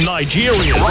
Nigeria